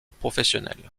professionnel